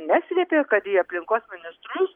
neslėpė kad į aplinkos ministrus